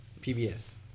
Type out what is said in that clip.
PBS